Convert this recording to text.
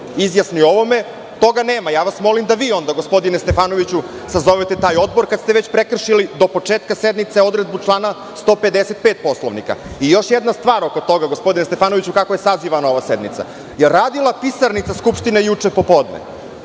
izjasni o ovome, ali toga nema. Molim vas da vi onda, gospodine Stefanoviću sazovete taj odbor kad ste već prekršili do početka sednice odredbu člana 155. Poslovnika. Još jedna stvar oko toga, gospodine Stefanoviću kako je sazivana ova sednica. Da li je radila pisarnica Skupštine juče popodne?